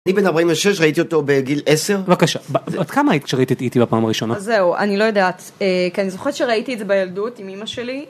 אני בן 46, ראיתי אותו בגיל 10. בבקשה, עד כמה היית כשראית את ET בפעם הראשונה? זהו, אני לא יודעת, כי אני זוכרת שראיתי את זה בילדות עם אמא שלי.